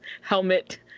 helmet